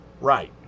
right